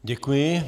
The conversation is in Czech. Děkuji.